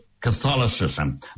Catholicism